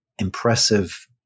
impressive